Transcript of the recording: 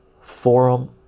forum